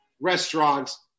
restaurants